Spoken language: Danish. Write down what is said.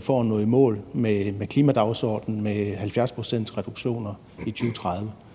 for at nå i mål med klimadagsordenen om en 70-procentsreduktion i 2030,